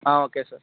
okay sir